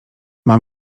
mam